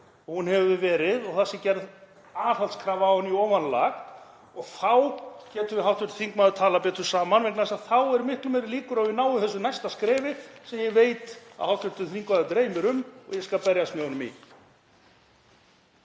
og hún hefur verið og það sé gerð aðhaldskrafa á hana í ofanálag og þá getum við hv. þingmaður talað betur saman vegna þess að þá eru miklu meiri líkur á að við náum þessu næsta skrefi sem ég veit að hv. þingmann dreymir um og ég skal berjast með honum í